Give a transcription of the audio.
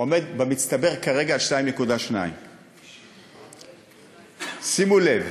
עומד במצטבר כרגע על 2.2. שימו לב